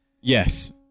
Yes